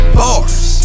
bars